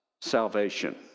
salvation